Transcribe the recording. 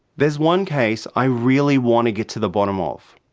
there's one case i really want to get to the bottom of,